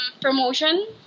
promotion